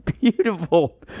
beautiful